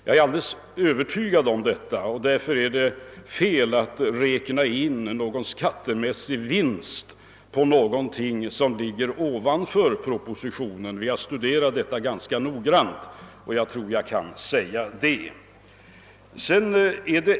Jag är alldeles övertygad om detta och därför är det enligt min mening fel att räkna med någon skattemässig vinst på en höjning som ligger över den som föreslås i propositionen. Vi har studerat detta ganska noga och jag är ganska säker på att jag har rätt.